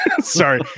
sorry